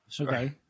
Okay